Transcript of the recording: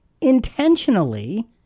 intentionally